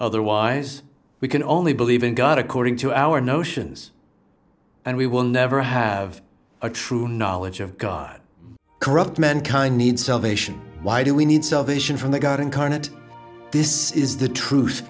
otherwise we can only believe in god according to our notions and we will never have a true knowledge of god corrupt mankind needs salvation why do we need salvation from the god incarnate this is the truth